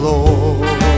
Lord